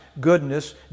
goodness